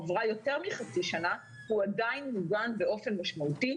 עברה יותר מחצי שנה והוא עדיין מוגן באופן משמעותי.